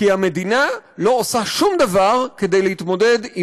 כי המדינה לא עושה שום דבר כדי להתמודד עם